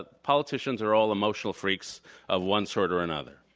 but politicians are all emotional freaks of one sort or another.